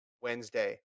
Wednesday